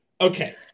Okay